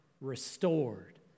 restored